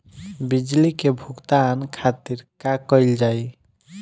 बिजली के भुगतान खातिर का कइल जाइ?